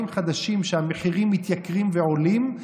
חדשים שבהם המחירים מתייקרים ועולים.